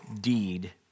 deed